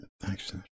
Thanks